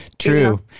True